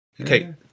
Okay